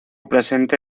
presente